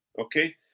Okay